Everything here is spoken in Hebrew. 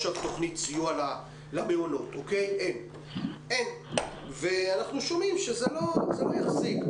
תוכנת סיוע למעונות, ואנחנו שומעים שזה לא יחזיק.